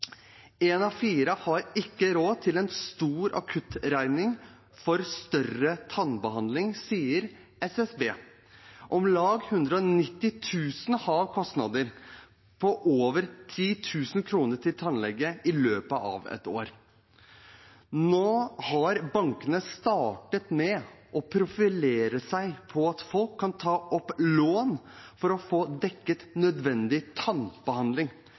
En av fire har ikke råd til en stor akuttregning for større tannbehandling, sier SSB. Om lag 190 000 har kostnader på over 10 000 kr til tannlege i løpet av et år. Nå har bankene startet med å profilere seg på at folk kan ta opp lån for å få dekket nødvendig tannbehandling.